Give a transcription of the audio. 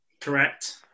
Correct